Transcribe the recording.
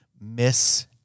Miss